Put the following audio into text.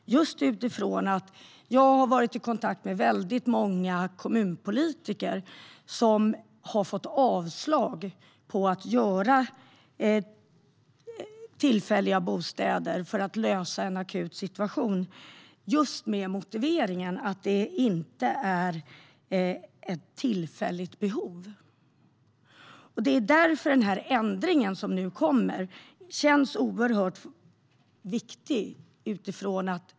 Jag har varit i kontakt med väldigt många kommunpolitiker som har fått avslag i fråga om att bygga tillfälliga bostäder för att lösa en akut situation, just med motiveringen att det inte är ett tillfälligt behov. Det är därför den ändring som nu kommer känns oerhört viktig.